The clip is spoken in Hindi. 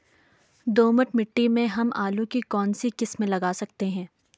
दोमट मिट्टी में हम आलू की कौन सी किस्म लगा सकते हैं?